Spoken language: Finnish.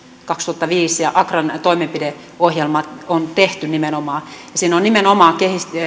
kaksituhattaviisi ja accran toimenpideohjelma on tehty niin niissä on nimenomaan